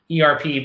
ERP